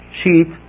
sheet